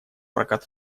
прокат